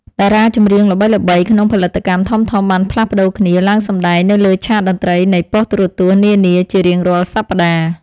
តារាចម្រៀងល្បីៗក្នុងផលិតកម្មធំៗបានផ្លាស់ប្តូរគ្នាឡើងសម្តែងនៅលើឆាកតន្ត្រីនៃប៉ុស្តិ៍ទូរទស្សន៍នានាជារៀងរាល់សប្តាហ៍។